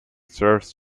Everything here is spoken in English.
serves